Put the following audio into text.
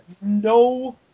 no